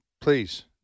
please